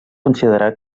considerar